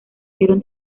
dieron